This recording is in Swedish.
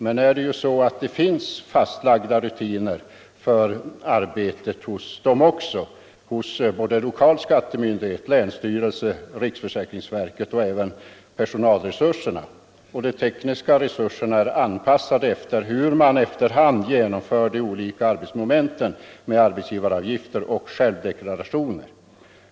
Men det finns fastlagda rutiner också för arbetet hos lokal skattemyndighet, länsstyrelse och riksförsäkringsverket, och även personalresurserna och de tekniska resurserna är avpassade efter hur man efterhand genomför de olika arbetsmomenten med arbetsgivaravgifter och självdeklarationer.